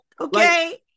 okay